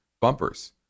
bumpers